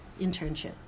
internship